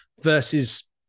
versus